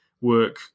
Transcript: work